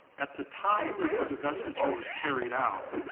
at the time that the divestiture was carried out,